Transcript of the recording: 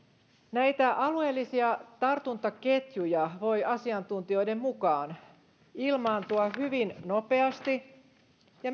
näitä alueellisia tartuntaketjuja voi asiantuntijoiden mukaan ilmaantua hyvin nopeasti ja